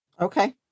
okay